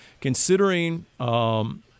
considering –